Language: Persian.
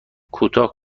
کوتاه